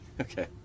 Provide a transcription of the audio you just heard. Okay